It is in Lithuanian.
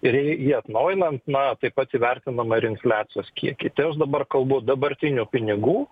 ir jį atnaujinant na taip pat įvertinama ir infliacijos kiekiai tai aš dabar kalbu dabartinių pinigų